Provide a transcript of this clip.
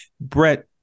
Brett